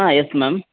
ah yes ma'am